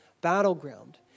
battleground